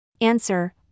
Answer